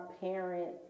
parents